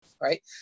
right